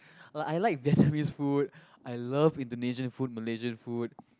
like I like Vietnamese food I love Indonesian food Malaysian food